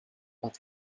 but